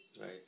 Right